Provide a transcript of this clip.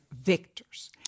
victors